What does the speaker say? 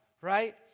right